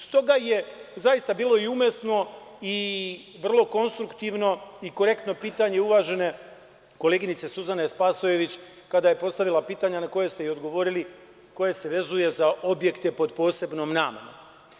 S toga je zaista bilo i umesno i vrlo konstruktivno i korektno pitanje uvažene koleginice Suzane Spasojević, kada je postavila pitanje na koje ste joj odgovorili, koje se vezuje za objekte pod posebnom namenom.